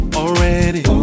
already